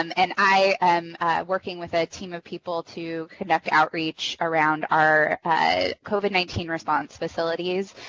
um and i am working with a team of people to conduct outreach around our covid nineteen response facilities,